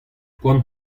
poan